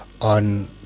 on